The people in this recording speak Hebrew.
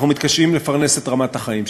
אנחנו מתקשים לפרנס את רמת החיים שלנו.